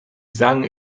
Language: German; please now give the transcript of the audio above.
sang